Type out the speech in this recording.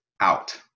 out